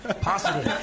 possible